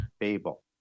Babel